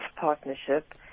partnership